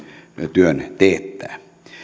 työn teettää